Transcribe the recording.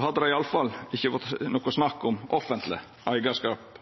hadde det i alle fall ikkje eingong vore noko snakk om offentleg eigarskap.